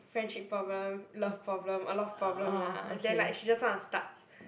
friendship problem love problem a lot of problem lah and then like she just want to start